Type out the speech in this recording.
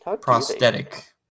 prosthetic